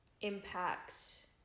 impact